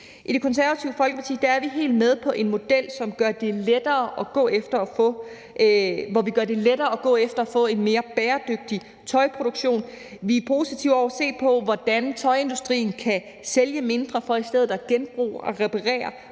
I Det Konservative Folkeparti er vi helt med på en model, hvor vi gør det lettere at gå efter at få en mere bæredygtig tøjproduktion. Vi er positive over for at se på, hvordan tøjindustrien kan sælge mindre for i stedet at genbruge og reparere